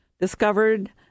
discovered